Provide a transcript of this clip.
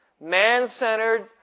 man-centered